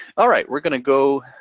all right, we're gonna go.